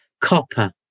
copper